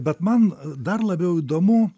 bet man dar labiau įdomu